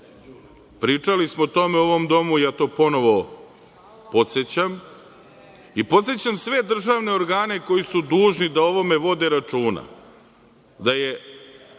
SBB.Pričali smo o tome u ovom domu. Ja to ponovo podsećam. Podsećam sve državne organe koji su dužni da o ovome vode računa